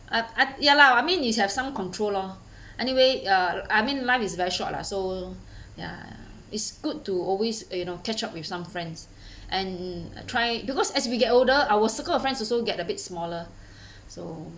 I I ya lah I mean it's have some control lor anyway uh I mean life is very short lah so ya ya it's good to always you know catch up with some friends and try because as we get older our circle of friends also get a bit smaller so